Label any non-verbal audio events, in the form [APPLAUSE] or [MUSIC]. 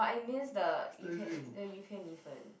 it's Tai-Seng [NOISE]